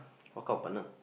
what kind of partner